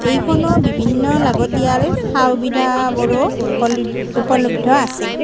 এইখনতো বিভিন্ন লাগতিয়াল সা সুবিধাবোৰো উপলব্ধ আছে